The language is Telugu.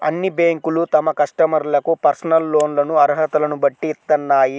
అన్ని బ్యేంకులూ తమ కస్టమర్లకు పర్సనల్ లోన్లను అర్హతలను బట్టి ఇత్తన్నాయి